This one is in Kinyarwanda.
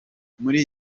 muri